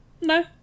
No